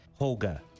Holga